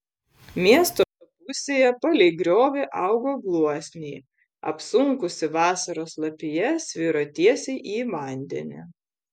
miesto pusėje palei griovį augo gluosniai apsunkusi vasaros lapija sviro tiesiai į vandenį